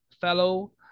fellow